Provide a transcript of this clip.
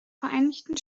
vereinigten